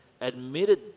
admitted